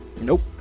Nope